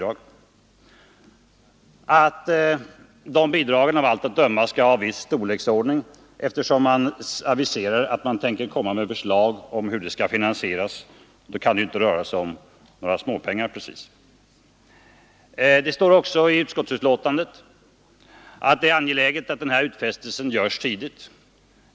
Regeringen har vidare aviserat att den skall återkomma till riksdagen med förslag om hur bidraget skall finansieras, vilket ju inte precis tyder på att det kommer att röra sig om några småpengar. Det står i utskottsbetänkandet att det är angeläget att den här utfästelsen görs tidigt.